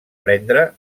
prendre